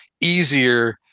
easier